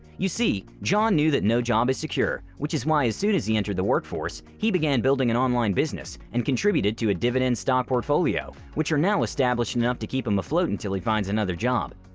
you see, john knew that no job is secure which is why as soon as he entered the workforce he began building an online business and contributed to a dividend-stock portfolio which are now established enough to keep him afloat until he finds another job.